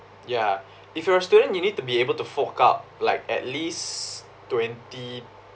ya if you are a student you need to be able to fork out like at least twenty